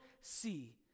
see